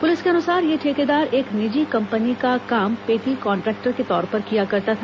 police के अनुसार यह ठेकेदार एक निजी कंपनी का काम पेटी कांट्रेक्टर के तौर पर किया करता था